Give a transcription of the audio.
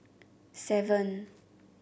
seven